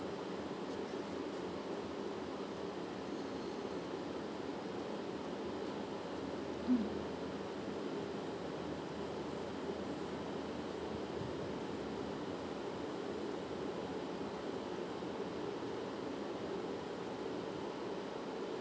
mm